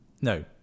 No